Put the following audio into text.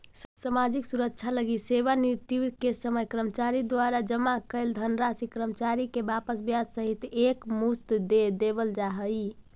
सामाजिक सुरक्षा लगी सेवानिवृत्ति के समय कर्मचारी द्वारा जमा कैल धनराशि कर्मचारी के वापस ब्याज सहित एक मुश्त दे देवल जाहई